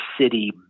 city